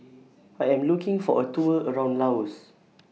I Am looking For A Tour around Laos